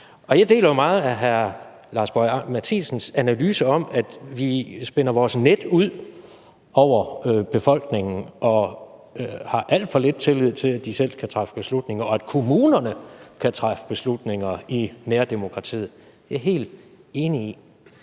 Jeg deler jo meget hr. Lars Boje Mathiesens analyse af, at vi spænder vores net ud over befolkningen og har alt for lidt tillid til, at de selv kan træffe beslutninger, og til at kommunerne selv kan træffe beslutninger i nærdemokratiet. Det er jeg helt enig i.